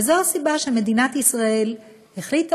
וזו הסיבה שמדינת ישראל החליטה,